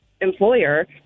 employer